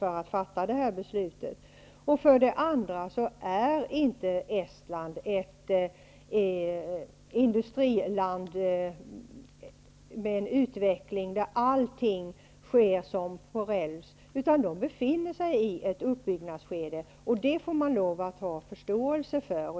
För det andra är Estland inte något industriland och har ännu inte kommit så långt i utvecklingen att allting går som på räls. Landet befinner sig i ett uppbyggnadsskede, och det får man lov att ha förståelse för.